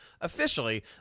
officially